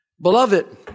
Beloved